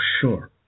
sure